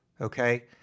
okay